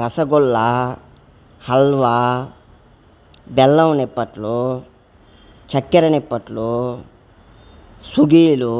రసగుల్లా హల్వా బెల్లం నిప్పట్లు చక్కెర నిప్పట్లు సుగీలు